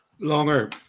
longer